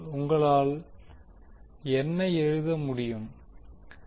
உங்களால் என்ன எழுத முடியும்